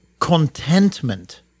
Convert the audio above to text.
Contentment